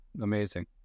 amazing